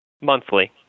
Monthly